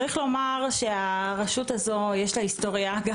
צריך לומר שלרשות הזאת יש היסטוריה גם